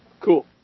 Cool